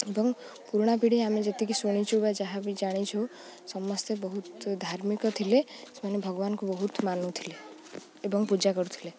ଏବଂ ପୁରୁଣା ପିଢ଼ି ଆମେ ଯେତିକି ଶୁଣିଛୁ ବା ଯାହାବି ଜାଣିଛୁ ସମସ୍ତେ ବହୁତ ଧାର୍ମିକ ଥିଲେ ସେମାନେ ଭଗବାନଙ୍କୁ ବହୁତ ମାନୁଥିଲେ ଏବଂ ପୂଜା କରୁଥିଲେ